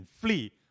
Flee